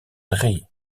drie